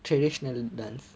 traditional dance